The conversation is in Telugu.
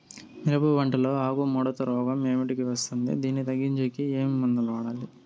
మిరప పంట లో ఆకు ముడత రోగం ఏమిటికి వస్తుంది, దీన్ని తగ్గించేకి ఏమి మందులు వాడాలి?